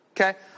Okay